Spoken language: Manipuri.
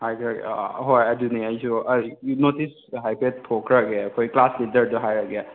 ꯍꯥꯏꯈ꯭ꯔꯒꯦ ꯍꯣꯏ ꯑꯗꯨꯅꯤ ꯑꯩꯁꯨ ꯑꯩꯒꯤ ꯅꯣꯇꯤꯁꯇ ꯍꯥꯏꯐꯦꯠ ꯊꯣꯛꯈ꯭ꯔꯒꯦ ꯑꯩꯈꯣꯏ ꯀ꯭ꯂꯥꯁ ꯂꯤꯗꯔꯗ ꯍꯥꯏꯔꯒꯦ